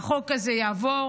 החוק הזה יעבור,